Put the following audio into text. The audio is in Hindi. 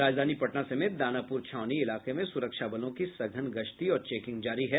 राजधानी पटना समेत दानापुर छावनी इलाके में सुरक्षा बलों की सघन गश्ती और चेकिंग जारी है